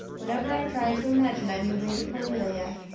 whenever i try to imagine i'm the lady cordelia.